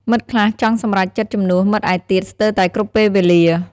មិត្តខ្លះចង់សម្រេចចិត្តជំនួសមិត្តឯទៀតស្ទើរតែគ្រប់ពេលវេលា។